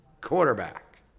quarterback